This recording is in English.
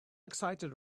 excited